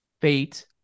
Fate